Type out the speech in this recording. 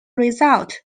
result